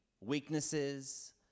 weaknesses